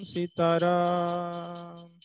Sitaram